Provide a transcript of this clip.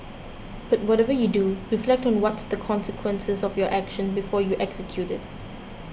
but whatever you do reflect on what's the consequences of your action before you execute it